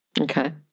Okay